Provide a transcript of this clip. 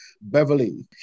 Beverly